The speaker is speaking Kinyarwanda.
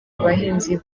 abahinzi